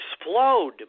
explode